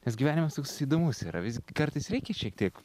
nes gyvenimas toks įdomus yra visgi kartais reikia šiek tiek